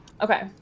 Okay